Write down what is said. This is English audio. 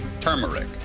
turmeric